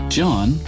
John